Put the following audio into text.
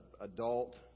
adult